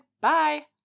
Bye